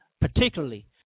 particularly